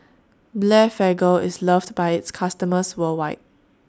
Blephagel IS loved By its customers worldwide